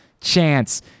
chance